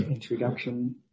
introduction